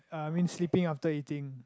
uh I mean sleeping after eating